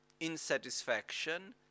insatisfaction